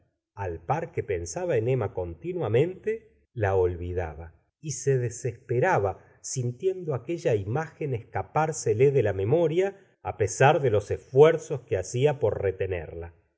al par que pensaba en emma continuamente la olvidaba y se desesperaba sintiendo aquella imagen escapársele de la memoria á pesar de los esfuerzos que ha eia por retenerla